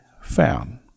found